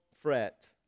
fret